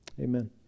Amen